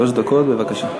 בבקשה.